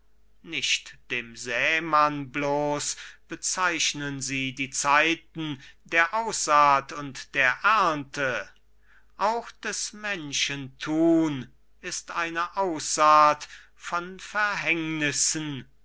nicht dem sämann bloß bezeichnen sie die zeiten der aussaat und der ernte auch des menschen tun ist eine aussaat von verhängnissen